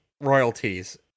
royalties